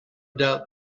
doubt